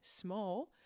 small